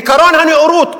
עקרון הנאורות,